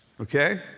okay